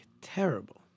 terrible